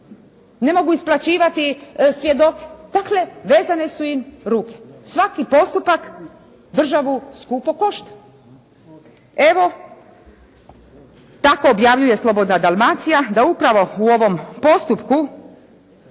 Ne mogu isplaćivati svjedoke. Dakle vezane su im ruke. Svaki postupak državu skupo košta. Evo tako objavljuje «Slobodna Dalmacija» da upravo u ovom postupku